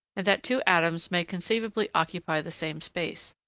and that two atoms may conceivably occupy the same space.